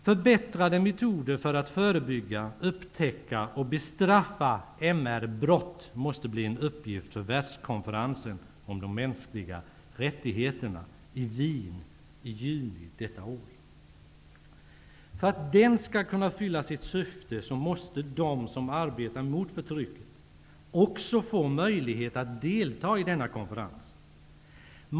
Förbättrade metoder för att förebygga, upptäcka och bestraffa MR-brott måste bli en uppgift för världskonferensen om de mänskliga rättigheterna i För att konferensen skall kunna fylla sitt syfte måste de som arbetar mot förtrycket också få möjlighet att delta i konferensen.